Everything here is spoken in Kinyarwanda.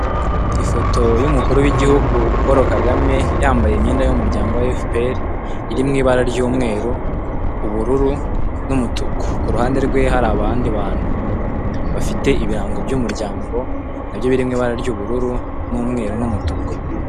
Ifoto y'umukuru w'igihugu Paul KAGAME yambaye imyenda y'umuryango wa Efuperi iri mu ibara ry'umweru, ubururu n'umutuku, ku ruhande rwe hari abandi bantu bafite ibirango by'umuryango nabyo birimo ibara ry'ubururu n'umweru n'umutuku.